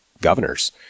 governors